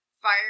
fire